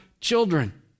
children